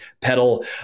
pedal